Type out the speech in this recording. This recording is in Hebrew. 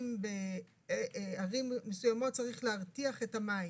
אם בערים מסוימות צריך להרתיח את המים,